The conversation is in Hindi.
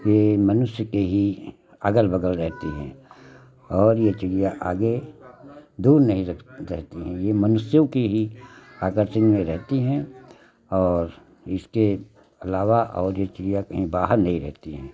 यह मनुष्य के ही अगल बगल रहती हैं और यह चिड़िया आगे दूर नहीं रखती रहती है यह मनुष्यों के ही आकर्षण में रहती हैं और इसके अलावा और यह चिड़िया कहीं बाहर नहीं रहती हैं